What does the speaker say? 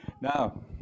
Now